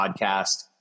podcast